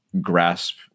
grasp